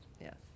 Yes